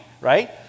right